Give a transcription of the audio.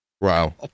Wow